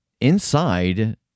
inside